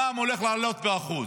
המע"מ הולך להעלות באחוז,